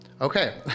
Okay